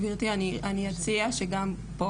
גברתי אני אציע שגם פה,